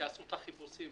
שעשו את החיפושים,